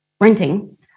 renting